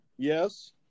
yes